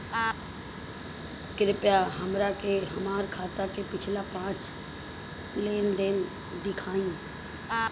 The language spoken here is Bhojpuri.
कृपया हमरा के हमार खाता के पिछला पांच लेनदेन देखाईं